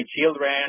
children